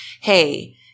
hey